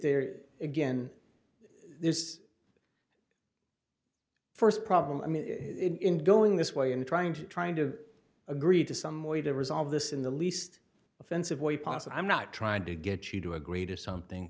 there again is first problem i mean in going this way and trying to trying to agree to some way to resolve this in the least offensive way possible i'm not trying to get you to agree to something